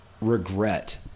regret